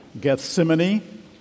Gethsemane